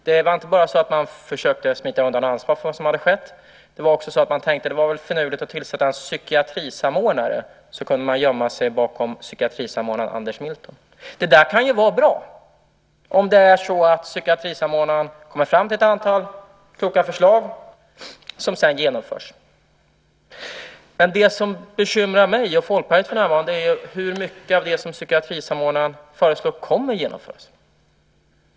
Man försökte inte bara smita undan ansvaret för vad som hade skett, utan man tänkte också att det var finurligt att tillsätta en psykiatrisamordnare - då kunde man gömma sig bakom psykiatrisamordnaren Anders Milton. Det kan ju vara bra om det är så att psykiatrisamordnaren kommer fram till ett antal kloka förslag som sedan genomförs. Men det som bekymrar mig och Folkpartiet för närvarande är hur mycket av det som psykiatrisamordnaren föreslår som kommer att genomföras.